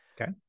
Okay